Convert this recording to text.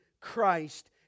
Christ